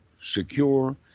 secure